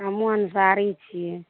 आ मोन पाड़ै छियै